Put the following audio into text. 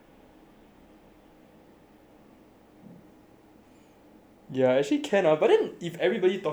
ya actually can ah but then if everyone talking very messy very hard to hear